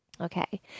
Okay